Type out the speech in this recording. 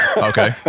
Okay